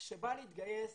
שבא להתגייס